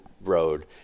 road